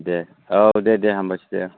दे औ दे दे हामबायसै दे